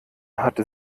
hatte